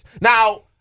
Now –